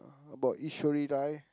about Eshwari Rai